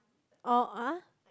oh ah